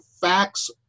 facts